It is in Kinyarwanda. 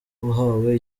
uhawe